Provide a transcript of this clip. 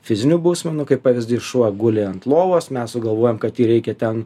fizinių bausmių kaip pavyzdys šuo guli ant lovos mes sugalvojam kad jį reikia ten